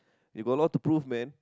you got a lot to prove man